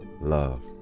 love